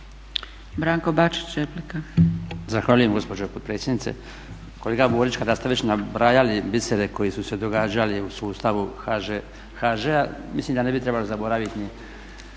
Branko (HDZ)** Zahvaljujem gospođo potpredsjednice. Kolega Borić kada ste već nabrajali biser koji su se događali u sustavu HŽ-a mislim da ne bi trebalo zaboraviti